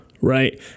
right